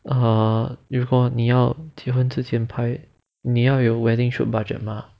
err 如果你要结婚之前拍你要有 wedding shoot budget mah